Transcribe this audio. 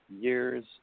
years